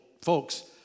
folks